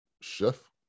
chef